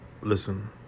listen